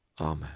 Amen